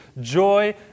joy